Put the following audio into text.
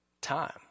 time